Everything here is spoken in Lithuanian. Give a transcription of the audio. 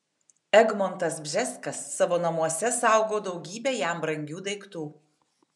egmontas bžeskas savo namuose saugo daugybę jam brangių daiktų